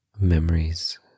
memories